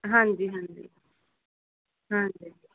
ਹਾਂਜੀ ਹਾਂਜੀ